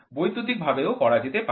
বৈদ্যুতিক ভাবেও করা যেতে পারে